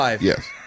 Yes